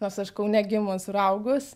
nors aš kaune gimus ir augus